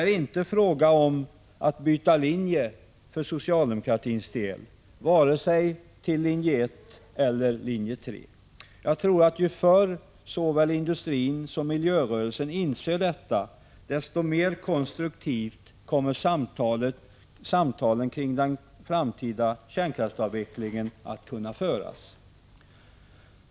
För socialdemokratins del är det inte fråga om att byta linje vare sig till linje 1 eller till linje 3. Jag tror att ju förr såväl industrin som miljörörelsen inser detta, desto mer konstruktivt kommer samtalen kring den framtida kärnkraftsavvecklingen att kunna föras.